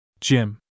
Jim